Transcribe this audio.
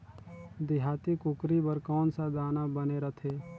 देहाती कुकरी बर कौन सा दाना बने रथे?